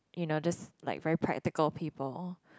you know just like very practical people